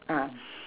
ah